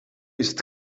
ist